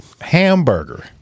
Hamburger